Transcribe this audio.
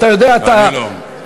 אתה יודע, אני לא.